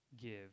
give